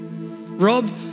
Rob